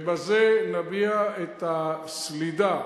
ובזה נביע את הסלידה,